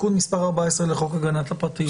תיקון מס' 14 לחוק הגנת הפרטיות.